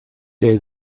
day